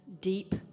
deep